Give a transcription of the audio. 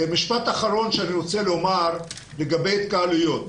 המשפט האחרון שאני רוצה לומר הוא לגבי התקהלויות.